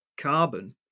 carbon